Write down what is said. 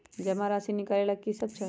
जमा राशि नकालेला कि सब चाहि?